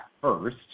first